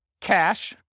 cash